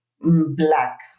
black